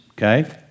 Okay